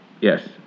Yes